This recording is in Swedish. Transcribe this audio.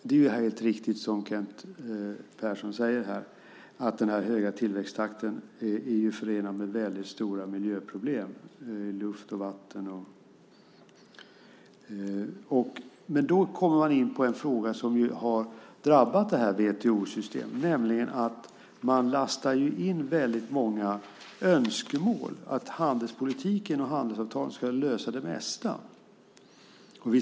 Det är helt riktigt, som Kent Persson säger, att den höga tillväxttakten är förenad med väldigt stora miljöproblem i luft och vatten. Men då kommer man in på en fråga som har drabbat WTO-systemet, nämligen att man lastar in väldigt många önskemål, att handelspolitiken och handelsavtal ska lösa det mesta.